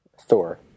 Thor